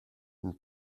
d’une